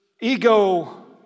ego